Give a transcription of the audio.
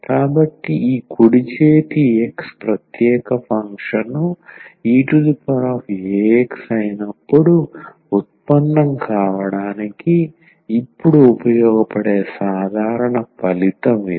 కాబట్టి ఈ కుడి చేతి x ప్రత్యేక ఫంక్షన్ eax అయినప్పుడు ఉత్పన్నం కావడానికి ఇప్పుడు ఉపయోగపడే సాధారణ ఫలితం ఇది